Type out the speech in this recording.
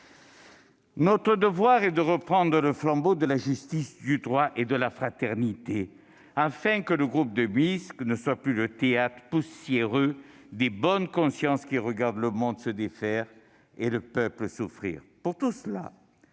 Notre devoir est de reprendre le flambeau de la justice, du droit et de la fraternité, afin que le groupe de Minsk ne soit plus le théâtre poussiéreux des bonnes consciences qui regardent le monde se défaire et les peuples souffrir. Pour tout cela,